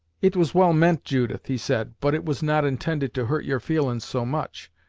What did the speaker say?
it was well meant, judith, he said, but it was not intended to hurt your feelin's so much.